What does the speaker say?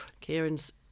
Kieran's